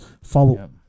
Follow